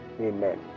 Amen